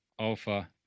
Alpha